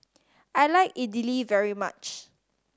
I like Idili very much